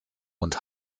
und